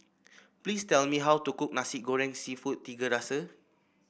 please tell me how to cook Nasi Goreng seafood Tiga Rasa